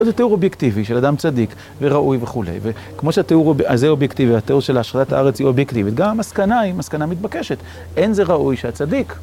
זה תיאור אובייקטיבי של אדם צדיק וראוי וכולי, וכמו שהתיאור הזה אובייקטיבי והתיאור של השחתת הארץ היא אובייקטיבית, גם המסקנה היא מסקנה מתבקשת, אין זה ראוי שהצדיק.